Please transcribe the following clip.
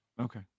Okay